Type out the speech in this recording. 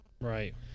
Right